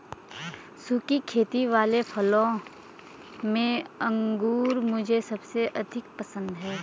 सुखी खेती वाले फलों में अंगूर मुझे सबसे अधिक पसंद है